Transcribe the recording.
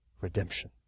redemption